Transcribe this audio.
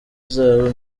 zawe